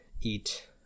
eat